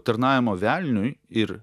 tarnavimo velniui ir